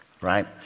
right